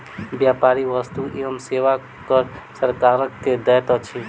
व्यापारी वस्तु एवं सेवा कर सरकार के दैत अछि